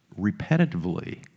repetitively